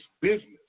business